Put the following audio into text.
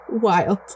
wild